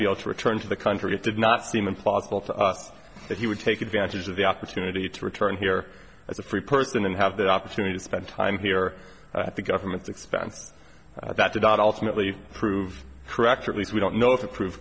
be able to return to the country it did not seem impossible to us that he would take advantage of the opportunity to return here as a free person and have that opportunity to spend time here at the government's expense that did alternately prove correct or at least we don't know if approved